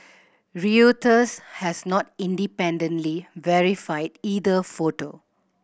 Reuters has not independently verified either photo